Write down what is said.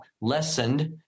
lessened